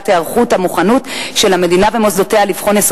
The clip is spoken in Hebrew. היערכות ומוכנות של המדינה ומוסדותיה".